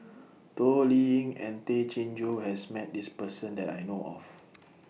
Toh Liying and Tay Chin Joo has Met This Person that I know of